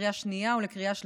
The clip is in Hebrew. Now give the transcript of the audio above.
לקריאה שנייה ולקריאה שלישית.